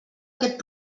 aquest